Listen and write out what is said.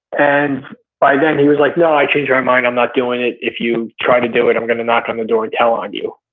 and by then he was like no i changed my mind, i'm not doing it, if you try to do it i'm gonna knock on the door and tell on you.